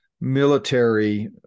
military